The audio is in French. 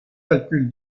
calcul